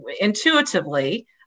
intuitively